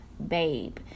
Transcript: babe